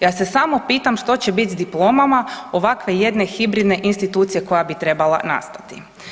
Ja se samo pitam što će biti s diplomama ovakve jedne hibridne institucije koja bi trebala nastati.